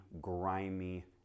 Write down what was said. grimy